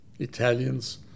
Italians